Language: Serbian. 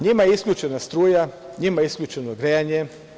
Njima je isključena struja, njima je isključeno grejanje.